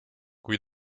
kui